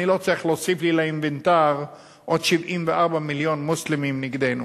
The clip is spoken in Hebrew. אני לא צריך להוסיף לי לאינוונטר עוד 74 מיליון מוסלמים נגדנו.